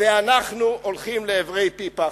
ואנחנו הולכים לעברי פי-פחת.